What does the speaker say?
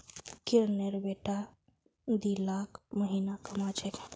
किरनेर बेटा दी लाख महीना कमा छेक